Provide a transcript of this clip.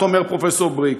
אומר פרופסור בריק,